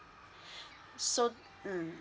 so mm